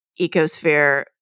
ecosphere